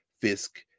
Fisk